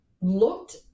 looked